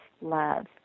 love